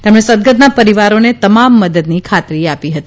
તેમણે સદ્ગતના પરિવારને તમામ મદદની ખાતરી આપી હતી